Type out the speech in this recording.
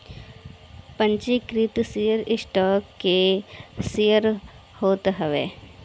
पंजीकृत share stock के share होत हवे